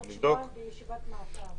עוד שבועיים ישיבת מעקב.